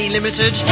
Limited